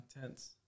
tense